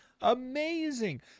Amazing